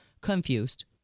confused